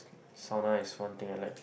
sauna is one thing I like